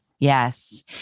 Yes